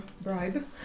bribe